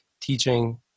teaching